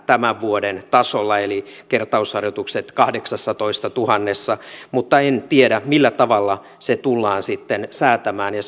tämän vuoden tasolla eli kertausharjoitukset kahdeksassatoistatuhannessa mutta en tiedä millä tavalla se tullaan sitten säätämään ja